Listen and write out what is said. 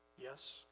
Yes